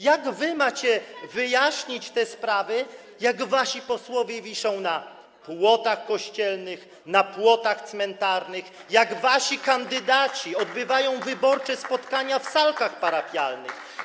Jak wy macie wyjaśnić te sprawy, jak wasi posłowie wiszą na płotach kościelnych, na płotach cmentarnych, jak wasi kandydaci odbywają wyborcze spotkania w salkach parafialnych?